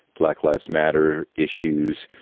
black lives matter issues,